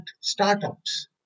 startups